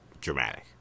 dramatic